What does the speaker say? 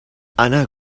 anar